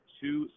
two